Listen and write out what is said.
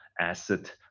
asset